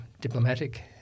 diplomatic